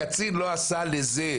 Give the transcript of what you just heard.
הקצין לא עשה לזה,